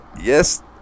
yes